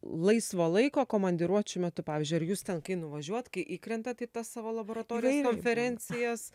laisvo laiko komandiruočių metu pavyzdžiui ar jūs ten kai nuvažiuojat kai įkrentat į tas savo laboratorijas konferencijas